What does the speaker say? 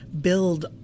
build